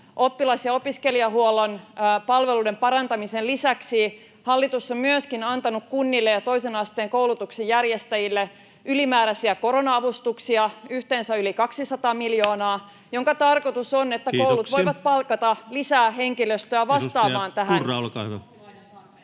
Oppilas‑ ja opiskelijahuollon palveluiden parantamisen lisäksi hallitus on myöskin antanut kunnille ja toisen asteen koulutuksen järjestäjille ylimääräisiä korona-avustuksia yhteensä yli 200 miljoonaa, minkä tarkoitus on, [Puhemies: Kiitoksia!] että koulut voivat palkata lisää henkilöstöä vastaamaan tähän